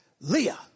Leah